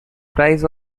prize